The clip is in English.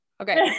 Okay